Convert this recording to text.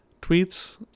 tweets